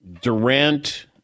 Durant